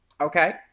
okay